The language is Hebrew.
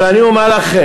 אבל אני אומר לכם: